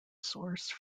source